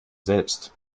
selbst